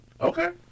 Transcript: Okay